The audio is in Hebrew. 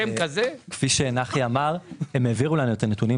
כפי שנחי אמר, הם העבירו לנו את הנתונים,